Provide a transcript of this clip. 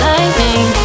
Lightning